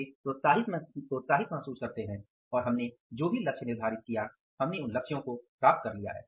वे प्रोत्साहित महसूस करते हैं कि हमने जो भी लक्ष्य निर्धारित किया हमने उन लक्ष्यों को प्राप्त कर लिया है